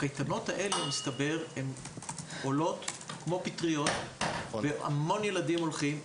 מסתבר שהקייטנות האלה צצות כמו פטריות והרבה ילדים הולכים אליהן.